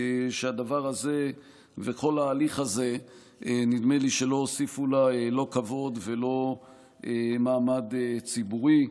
נדמה לי שהדבר הזה וכל ההליך הזה לא הוסיפו לה כבוד ולא מעמד ציבורי.